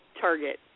Target